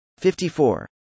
54